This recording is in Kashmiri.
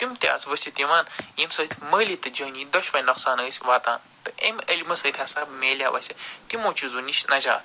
تِم تہِ آس ؤسِتھ یِوان ییٚمہِ سۭتۍ مٲلی تہٕ جٲنی دۄشوٕے نۄقصان ٲسۍ واتان تہٕ امہِ علمہٕ سۭتۍ ہسا میٚلواَسہِ تِمو چیٖزو نِش نجات